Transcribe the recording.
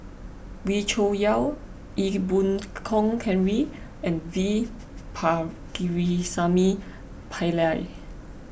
Wee Cho Yaw Ee Boon Kong Henry and V Pakirisamy Pillai